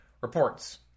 reports